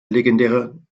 legendären